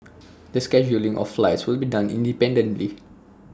the scheduling of flights will be done independently